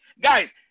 guys